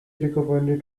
recommended